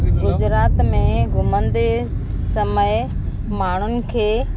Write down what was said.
गुजरात में घुमंदे समय माण्हूनि खे